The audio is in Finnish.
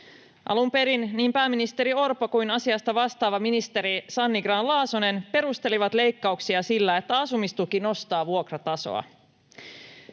Alun perin niin pääministeri Orpo kuin asiasta vastaava ministeri Sanni Grahn-Laasonen perustelivat leikkauksia sillä, että asumistuki nostaa vuokratasoa.